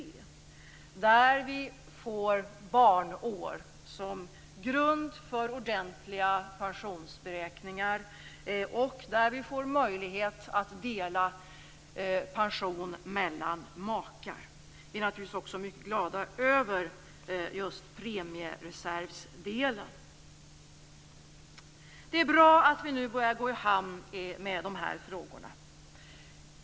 Vi får barnår som grund för ordentliga pensionsberäkningar och vi får möjlighet att dela pension mellan makar. Vi är naturligtvis också mycket glada över just premiereservsdelen. Det är bra att vi nu börjar gå i hamn med de här frågorna.